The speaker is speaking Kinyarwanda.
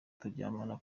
turyamana